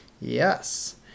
yes